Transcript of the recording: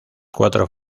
cuatro